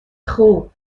خوب